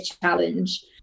challenge